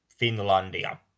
Finlandia